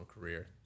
career